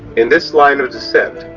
in this line of descent,